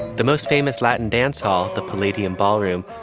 the most famous latin dance hall, the palladium ballroom,